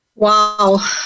Wow